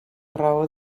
raó